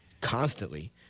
constantly